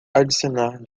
adicionar